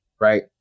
right